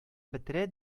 бетерә